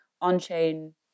on-chain